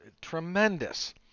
tremendous